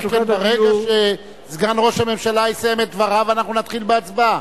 שכן ברגע שסגן ראש הממשלה יסיים את דבריו אנחנו נתחיל בהצבעה.